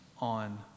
on